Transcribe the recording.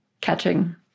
catching